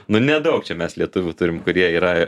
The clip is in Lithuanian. nu nedaug čia mes lietuvių turim kurie yra